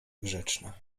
grzeczna